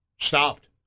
stopped